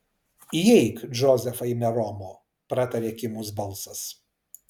įeik džozefai meromo pratarė kimus balsas